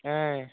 ఆయ్